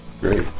Great